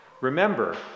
remember